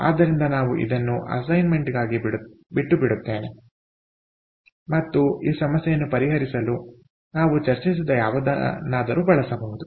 ಆದ್ದರಿಂದ ನಾವು ಇದನ್ನು ಅಸೈನ್ಮೆಂಟ್ಗಾಗಿ ಬಿಟ್ಟುಬಿಡುತ್ತೇವೆ ಮತ್ತು ಈ ಸಮಸ್ಯೆಯನ್ನು ಪರಿಹರಿಸಲು ನಾವು ಚರ್ಚಿಸಿದ ಯಾವುದನ್ನಾದರೂ ಬಳಸಬಹುದು